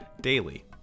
daily